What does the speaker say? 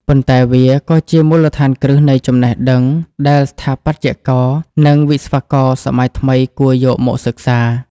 ប៉ុន្តែវាក៏ជាមូលដ្ឋានគ្រឹះនៃចំណេះដឹងដែលស្ថាបត្យករ និងវិស្វករសម័យថ្មីគួរយកមកសិក្សា។